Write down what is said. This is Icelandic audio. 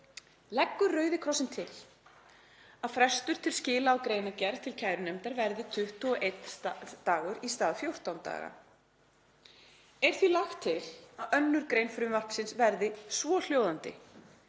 leggur Rauði krossinn til að frestur til skila á greinargerð til kærunefndar verði 21 dagur í stað 14 daga. Er því lagt til að 2. gr. frumvarpsins verði svohljóðandi: